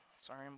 sorry